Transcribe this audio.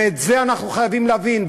ואת זה אנחנו חייבים להבין.